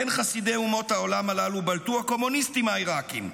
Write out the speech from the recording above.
בין חסידי אומות העולם הללו בלטו הקומוניסטים העיראקים.